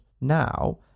now